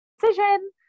decision